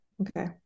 Okay